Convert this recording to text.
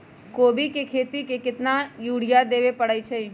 कोबी के खेती मे केतना यूरिया देबे परईछी बताई?